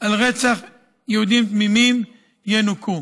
על רצח יהודים תמימים, ינוכו.